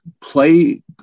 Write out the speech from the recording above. play –